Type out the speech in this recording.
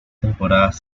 temporadas